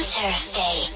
Thursday